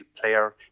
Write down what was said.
player